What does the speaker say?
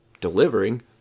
delivering